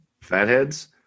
Fatheads